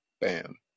Bam